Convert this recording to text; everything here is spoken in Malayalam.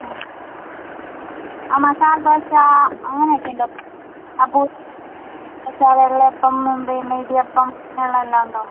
ആ ആ മസാല ദോശ അങ്ങനെ ഒക്കെ ഉണ്ടോ അപ്പോൾ മസാല ദോശ വെള്ളയപ്പം പിന്നെ ഇടിയപ്പം ഇങ്ങനെ ഉള്ള എല്ലാം ഉണ്ടോ